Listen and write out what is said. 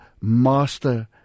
Master